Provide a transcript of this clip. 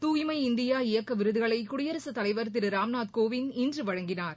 தூய்மை இந்தியா இயக்க விருதுகளை குடியரசுத் தலைவர் திரு ராம்நாத்கோவிந்த் இன்று வழங்கினார்